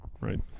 right